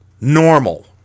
normal